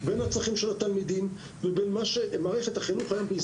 צורכי התלמיד וצורכי מערכת החינוך היום.